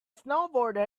snowboarder